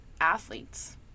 athletes